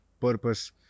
purpose